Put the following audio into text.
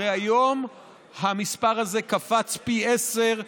הרי שהיום המספר הזה קפץ פי עשרה,